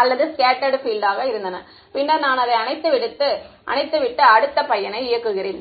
அல்லது scattered field ஆக இருந்தன பின்னர் நான் அதை அணைத்துவிட்டு அடுத்த பையனை இயக்குகிறேன்